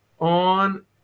on